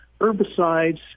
herbicides